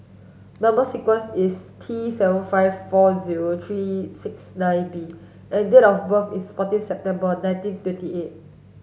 number sequence is T seven five four zero three six nine B and date of birth is fourteen September nineteen twenty eight